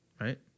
right